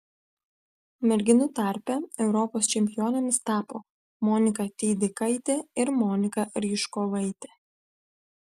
merginų tarpe europos čempionėmis tapo monika tydikaitė ir monika ryžkovaitė